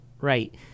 right